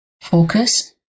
Focus